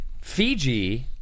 Fiji